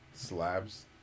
slabs